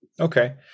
Okay